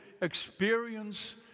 experience